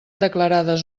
declarades